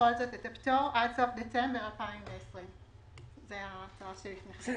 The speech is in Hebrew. בכל זאת את הפטור עד סוף דצמבר 2020. הצו בסדר,